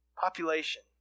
population